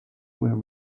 were